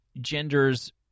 genders